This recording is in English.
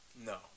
No